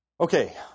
Okay